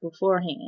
beforehand